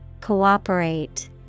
Cooperate